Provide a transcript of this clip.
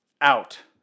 out